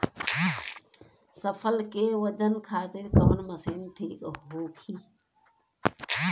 फसल के वजन खातिर कवन मशीन ठीक होखि?